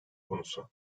konusu